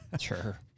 Sure